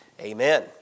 amen